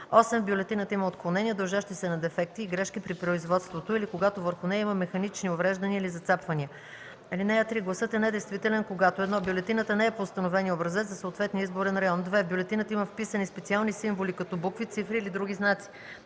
8. в бюлетината има отклонения, дължащи се на дефекти и грешки при производството, или когато върху нея има механични увреждания или зацапвания. (3) Гласът е недействителен, когато: 1. бюлетината не е по установения образец за съответния изборен район; 2. в бюлетината има вписани специални символи като букви, цифри или други знаци;